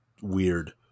weird